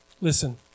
Listen